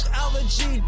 allergy